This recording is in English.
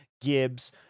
Gibbs